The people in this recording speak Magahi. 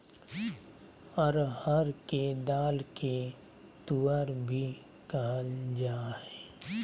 अरहर के दाल के तुअर भी कहल जाय हइ